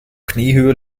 kniehöhe